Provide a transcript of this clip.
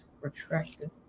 retracted